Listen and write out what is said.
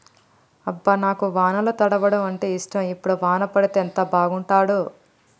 అబ్బ నాకు వానల తడవడం అంటేఇష్టం ఇప్పుడు వాన పడితే ఎంత బాగుంటాడో